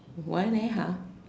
why leh !huh!